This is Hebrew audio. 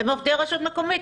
הם עובדי רשות מקומית.